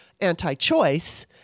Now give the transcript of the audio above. anti-choice